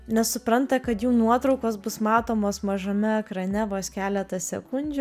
nes supranta kad jų nuotraukos bus matomos mažame ekrane vos keletą sekundžių